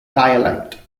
dialect